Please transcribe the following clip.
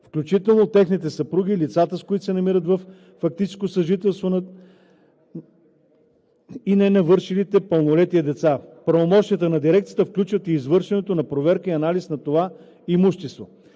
включително техните съпруги, лицата, с които се намират във фактическо съжителство на съпружески начала, и ненавършилите пълнолетие деца. Правомощията на Дирекцията включват и извършването на проверка и анализ на това имущество.